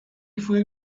fue